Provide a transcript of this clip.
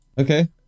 okay